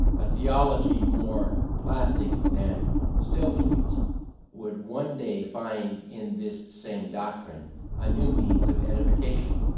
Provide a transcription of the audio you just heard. a theology more plastic than stillingfleet's would one day find in this same doctrine a new means of edification.